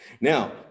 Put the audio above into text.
Now